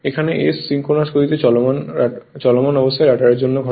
এখানে s synchronous গতিতে চলমান রটারের জন্য ঘটে